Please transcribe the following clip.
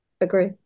agree